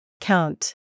Count